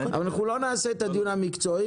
אנחנו לא נעשה עכשיו את הדיון המקצועי.